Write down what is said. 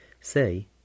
say